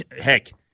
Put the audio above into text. Heck